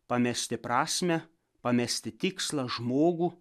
pamesti prasmę pamesti tikslą žmogų